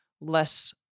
less